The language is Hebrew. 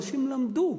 אנשים למדו,